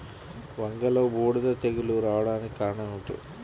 వంగలో బూడిద తెగులు రావడానికి కారణం ఏమిటి?